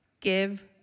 give